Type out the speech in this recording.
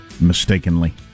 mistakenly